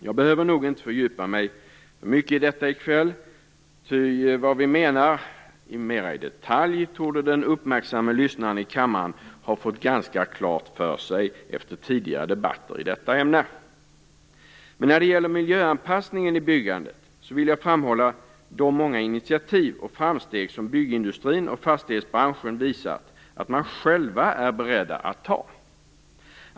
Jag behöver nog inte fördjupa mig mycket i detta i kväll, ty vad vi menar mera i detalj torde den uppmärksamme lyssnaren i kammaren ha fått ganska klart för sig efter tidigare debatter i detta ämne. Men när det gäller miljöanpassningen i byggandet vill jag framhålla de många initiativ och framsteg som byggindustrin och fastighetsbranschen visat att man själv är beredd att ta.